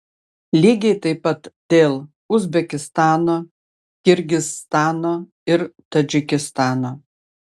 lygiai taip pat dėl uzbekistano kirgizstano ir tadžikistano